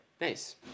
Nice